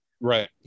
right